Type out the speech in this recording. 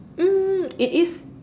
mm it is